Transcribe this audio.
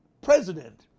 president